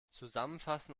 zusammenfassen